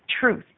truth